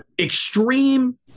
extreme